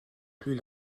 plus